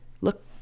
Look